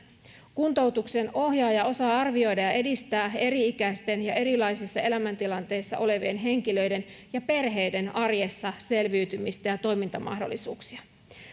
kuntoutuksen ohjaaja osaa arvioida ja edistää eri ikäisten ja erilaisissa elämäntilanteissa olevien henkilöiden ja perheiden arjessa selviytymistä ja toimintamahdollisuuksia